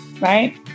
Right